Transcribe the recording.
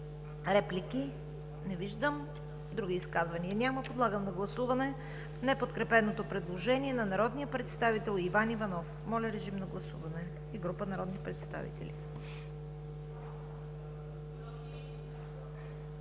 Реплики? Не виждам. Други изказвания няма. Подлагам на гласуване неподкрепеното предложение на народния представител Иван Иванов и група народни представители.